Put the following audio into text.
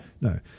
no